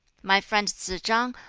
my friend tsz-chang,